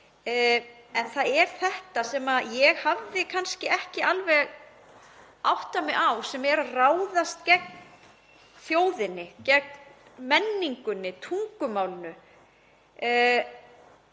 En það er þetta sem ég hafði kannski ekki alveg áttað mig á sem er að ráðast gegn þjóðinni, gegn menningunni, tungumálinu,